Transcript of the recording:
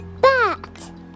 bat